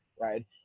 right